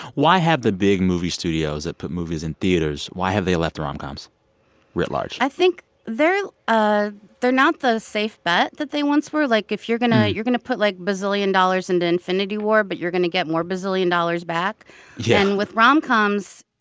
why have the big movie studios that put movies in theaters why have they left rom-coms writ large? i think they're ah they're not the safe bet that they once were. like, if you're going to you're going to put, like, bazillion dollars into infinity war, but you're going to get more bazillion dollars back yeah and with rom-coms,